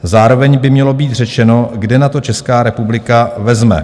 Zároveň by mělo být řečeno, kde na to Česká republika vezme.